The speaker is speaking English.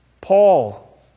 Paul